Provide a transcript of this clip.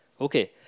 Okay